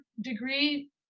degree